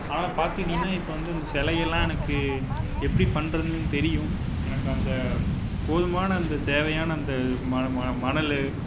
ஆனால் பார்த்துக்கிட்டீங்கனா இப்போ வந்து இந்த சிலையெல்லாம் எனக்கு எப்படி பண்ணுறதுன்னு தெரியும் எனக்கு அந்த போதுமான அந்த தேவையான அந்த மண மண மணல்